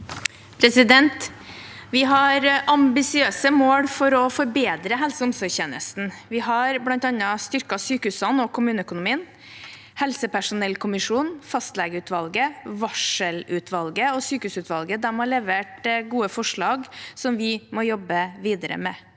Vi har ambisiø- se mål for å forbedre helse- og omsorgstjenesten. Vi har bl.a. styrket sykehusene og kommuneøkonomien. Helsepersonellkommisjonen, fastlegeutvalget, varselutvalget og sykehusutvalget har levert gode forslag som vi må jobbe videre med.